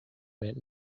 meant